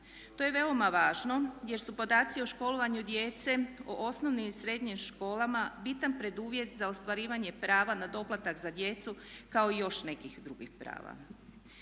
To je veoma važno jer su podaci o školovanju djece u osnovnim i srednjim školama bitan preduvjet za ostvarivanje prava na doplatak za djecu kao i još nekih drugih prava.